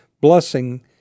blessing